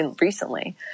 recently